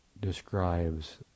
describes